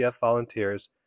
volunteers